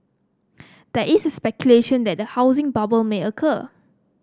there is speculation that a housing bubble may occur